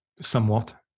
somewhat